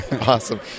awesome